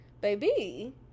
baby